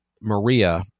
Maria